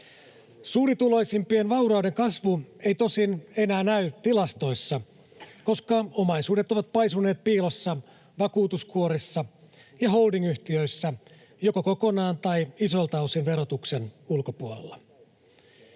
Suurituloisimpien vaurauden kasvu ei tosin enää näy tilastoissa, koska omaisuudet ovat paisuneet piilossa vakuutuskuorissa ja holding-yhtiöissä joko kokonaan tai isoilta osin verotuksen ulkopuolella.